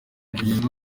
ibintu